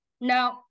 No